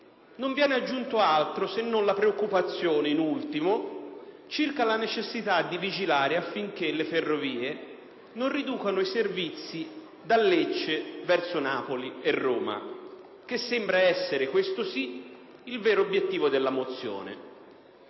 Non viene aggiunto altro se non la preoccupazione in ultimo circa la necessità di vigilare affinché le ferrovie non riducano i servizi da Lecce verso Napoli e Roma, che sembra essere, questo sì, il vero obiettivo della mozione.